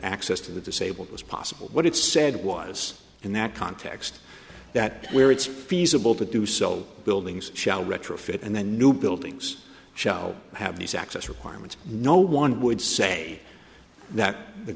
access to the disabled was possible what it said was in that context that where it's feasible to do so buildings shall retrofit and the new buildings shall have these access requirements no one would say that the